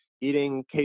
eating